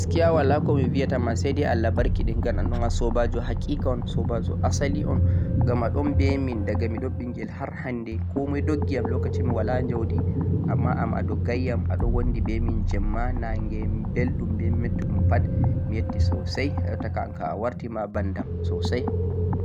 gaskiya' walaa ko mi biyata ma say day Allah barkiɗin ngam aan ɗo a soobaajo haqiiqa un, soobaajo asali un, ngam a ɗon mbe min diga miɗo ɓinngel har hannde komoy doggi yam lokaci mi walaa njawdi, ammaa an a doggay yam. A ɗo wonndi mbe min jeemma, naange, bellum mbe mettuɗum pat mi yettii soosay, jotta kam anka a warti ma banndam soosay.